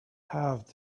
have